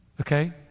Okay